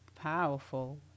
powerful